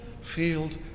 field